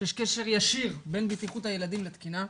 שיש קשר ישיר בין בטיחות הילדים לתקינה.